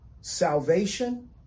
salvation